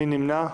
מי נמנע?